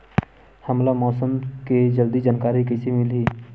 हमला मौसम के जल्दी जानकारी कइसे मिलही?